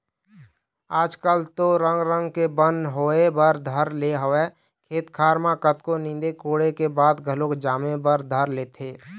आज कल तो रंग रंग के बन होय बर धर ले हवय खेत खार म कतको नींदे कोड़े के बाद घलोक जामे बर धर लेथे